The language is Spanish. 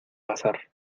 pasar